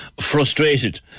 frustrated